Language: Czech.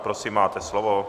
Prosím, máte slovo.